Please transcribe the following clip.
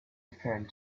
referring